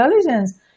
intelligence